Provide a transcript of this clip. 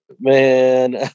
man